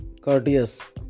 courteous